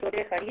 וכישורי חיים.